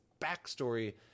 backstory